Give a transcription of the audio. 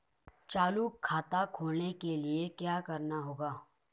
चालू खाता खोलने के लिए क्या करना होगा?